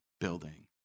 building